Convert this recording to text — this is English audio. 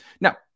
Now